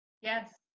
yes